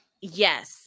yes